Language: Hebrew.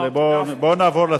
אני משוחרר?